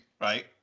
Right